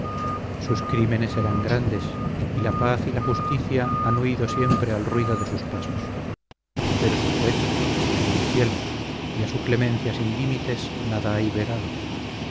sus crímenes eran grandes y la paz y la justicia han huido siempre al ruido de sus pasos pero su juez está en el cielo y a su clemencia sin límites nada hay